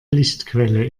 lichtquelle